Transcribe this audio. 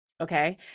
Okay